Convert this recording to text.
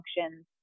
functions